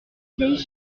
vieilles